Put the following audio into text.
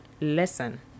listen